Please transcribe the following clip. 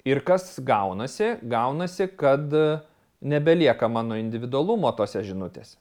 ir kas gaunasi gaunasi kad nebelieka mano individualumo tose žinutėse